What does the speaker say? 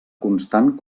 constant